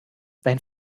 dein